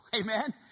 Amen